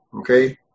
Okay